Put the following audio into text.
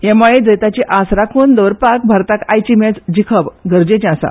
हे माळेंत जैताची आस राखून दवरपाक भारताक आयची मॅच जिखप गरजेचें आसा